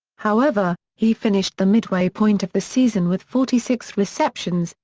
however, he finished the midway point of the season with forty six receptions,